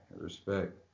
Respect